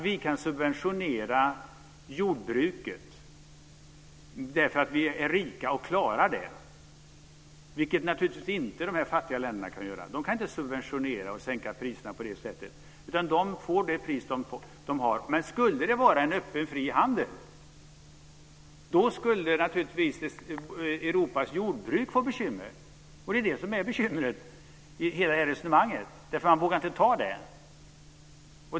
Vi kan subventionera jordbruket därför att vi är rika och klarar det, vilket naturligtvis inte de här fattiga länderna kan göra. De kan inte subventionera och sänka priserna på det sättet, utan de får det pris de har. Men skulle det vara en öppen och fri handel skulle naturligtvis Europas jordbruk få bekymmer. Och det är det som är bekymret i hela det här resonemanget. Man vågar inte ta det.